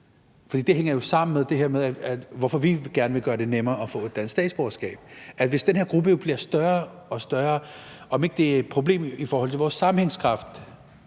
Det hænger jo sammen med det her, hvorfor vi gerne vil gøre det nemmere at få et dansk statsborgerskab. Hvis den her gruppe bliver større og større, er det så ikke et problem i forhold til vores sammenhængskraft